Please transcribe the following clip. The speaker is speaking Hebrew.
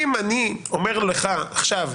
אם אני אומר לך עכשיו,